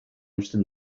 uzten